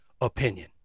opinion